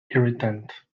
irritant